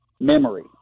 memory